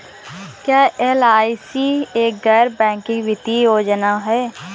क्या एल.आई.सी एक गैर बैंकिंग वित्तीय योजना है?